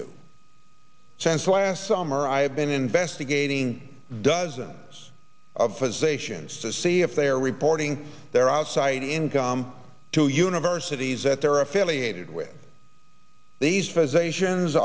do since last summer i have been investigating dozens of physicians to see if they are reporting their outside income to universities that they're affiliated with these physicians